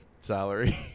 salary